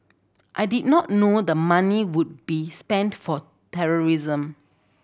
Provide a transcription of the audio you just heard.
I did not know the money would be spent for terrorism